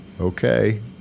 okay